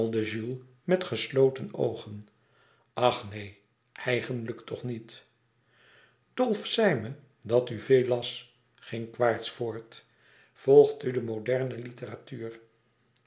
met gesloten oogen ach neen eigenlijk toch niet dolf zei me dat u veel las ging quaerts voort volgt u de moderne litteratuur